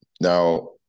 Now